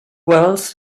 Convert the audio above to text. wells